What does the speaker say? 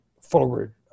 forward